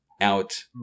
out